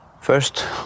First